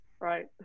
Right